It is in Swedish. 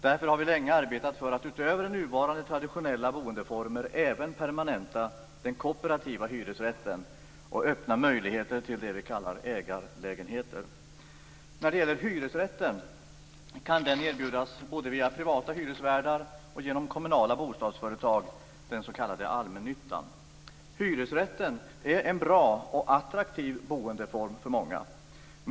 Därför har vi länge arbetat för att, utöver nuvarande traditionella boendeformer, även permanenta den kooperativa hyresrätten och öppna möjligheter till det som vi kallar ägarlägenheter. Hyresrätten kan erbjudas både via privata hyresvärdar och genom kommunala bostadsföretag, den s.k. allmännyttan. Hyresrätten är en bra och attraktiv boendeform för många.